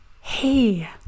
hey